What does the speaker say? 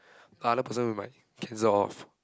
the other person we might cancel off